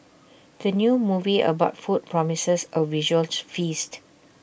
the new movie about food promises A visual to feast